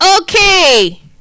Okay